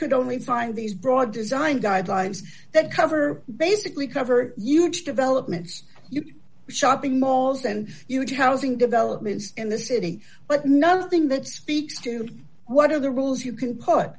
could only find these broad design guidelines that cover basically cover huge developments you shopping malls and huge housing developments in the city but nothing that speaks to what are the rules you can put